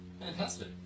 Fantastic